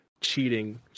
cheating